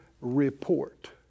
report